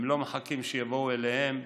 הם לא מחכים שיבואו אליהם,